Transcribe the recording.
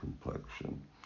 complexion